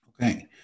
Okay